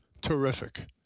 terrific